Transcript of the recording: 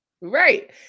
right